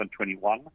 2021